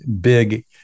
big